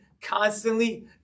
constantly